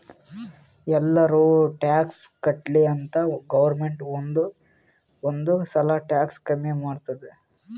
ಎಲ್ಲಾರೂ ಟ್ಯಾಕ್ಸ್ ಕಟ್ಲಿ ಅಂತ್ ಗೌರ್ಮೆಂಟ್ ಒಂದ್ ಒಂದ್ ಸಲಾ ಟ್ಯಾಕ್ಸ್ ಕಮ್ಮಿ ಮಾಡ್ತುದ್